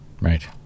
Right